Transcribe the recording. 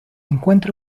encuentra